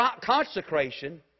consecration